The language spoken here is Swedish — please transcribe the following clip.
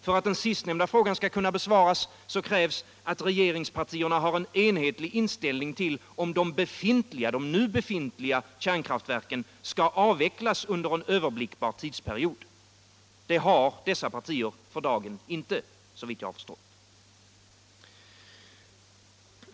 För att den sistnämnda frågan skall kunna besvaras krävs att regeringspartierna har en enhetlig inställning till om de nu befintliga kärnkraftverken skall avvecklas under en överblickbar tidsperiod. Det har dessa partier för dagen inte, sävitt jag har förstått.